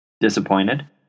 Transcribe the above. Disappointed